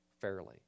fairly